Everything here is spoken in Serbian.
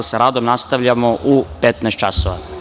Sa radom nastavljamo u 15.00 časova.